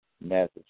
massive